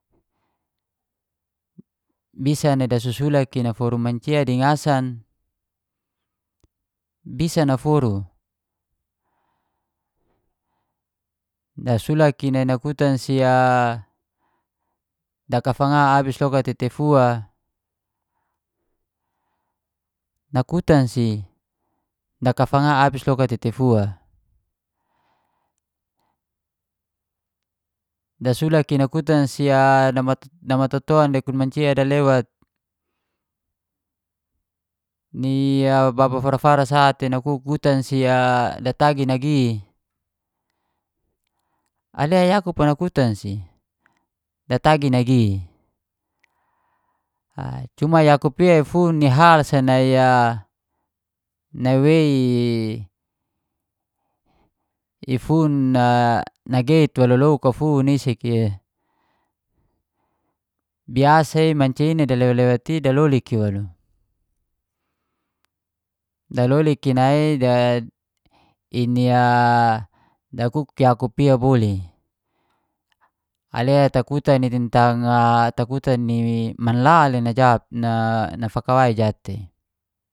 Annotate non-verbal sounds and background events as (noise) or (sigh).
Misal e dasusulak i daforu mancia di ngasan, bisa naforu. Nasulak i nai nakutan si a dakafanga abis loka te teifua, nakutan si dakafanga abis loka te teifua? Dasulak i kutan si a namatoton dakon mancia dalewat, ni baba fara-fara sa te nakuk gutan si a datagi nagi? Ale yakup nakutan si, datagi nagi? Cuma yakup ia ifun ni hal sa nai a, nawei ifun na nageit wa lolouk fun isik i, biasa i mancia i dalewat-lewat i dalolik i waluk. Dalolik i nai (hesitation) dakuk a yakup ia bole. Ale takutan i tentang a takutan i man la le najawab nafakawai jatei